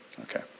Okay